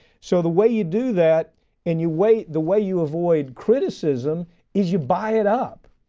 so the way you do that and you way, the way you avoid criticism is you buy it up.